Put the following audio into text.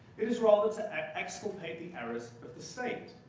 it is, rather, to exculpate the errors of the state.